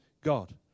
God